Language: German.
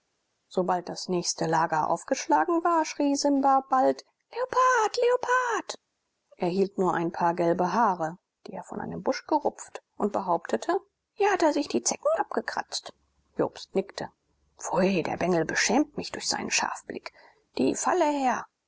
sobald das nächste lager aufgeschlagen war schrie simba bald leopard leopard er hielt nur ein paar gelbe haare die er von einem busch gerupft und behauptete hier hat er sich die zecken abgekratzt jobst nickte pfui der bengel beschämt mich durch seinen scharfblick die falle her